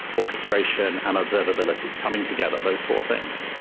orchestration and observability coming together those four things.